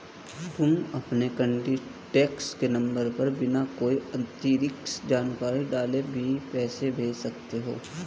तुम अपने कॉन्टैक्ट के नंबर पर बिना कोई अतिरिक्त जानकारी डाले भी पैसे भेज सकते हो